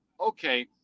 okay